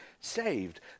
saved